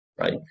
right